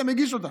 היית מגיש אותה.